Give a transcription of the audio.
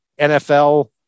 NFL